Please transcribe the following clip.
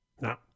No